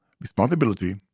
responsibility